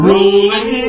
Rolling